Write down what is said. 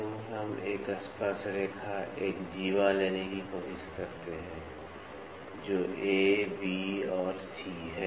तो हम एक स्पर्शरेखा एक जीवा लेने की कोशिश करते हैं जो A B और C है